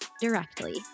directly